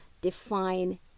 define